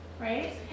right